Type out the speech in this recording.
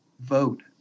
vote